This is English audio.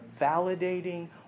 validating